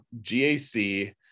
GAC